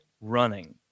running